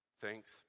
Thanks